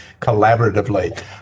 collaboratively